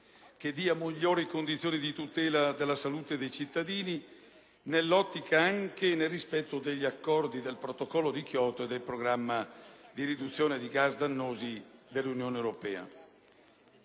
e migliori condizioni di tutela della salute dei cittadini, nell'ottica e nel rispetto degli accordi del protocollo di Kyoto e del programma di riduzione di gas dannosi dell'Unione europea.